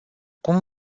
cum